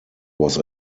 was